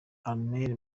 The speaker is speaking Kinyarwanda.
armel